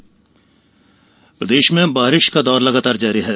मौसम प्रदेश में बारिश का दौर जारी है